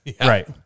right